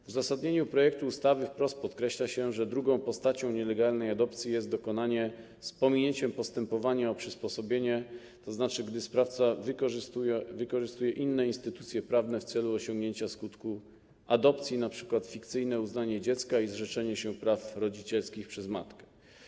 W uzasadnieniu projektu ustawy wprost podkreśla się, że drugą postacią nielegalnej adopcji jest jej dokonanie z pominięciem postępowania o przysposobienie, tzn. gdy sprawca wykorzystuje inne instytucje prawne w celu osiągnięcia skutku adopcji, np. fikcyjne uznanie dziecka i zrzeczenie się praw rodzicielskich przez matkę.